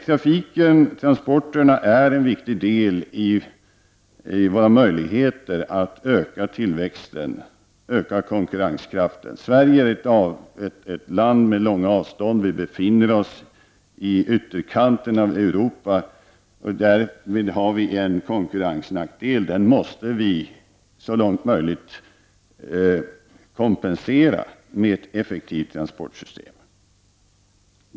Trafiken och transporterna är en viktig del i våra möjligheter att öka tillväxten och konkurrenskraften. Sverige är ett land med långa avstånd. Vi befinner oss i ytterkanten av Europa. Därvid har vi en konkurrensnackdel. Den måste vi så långt möjligt kompensera med ett effektivt transportsystem.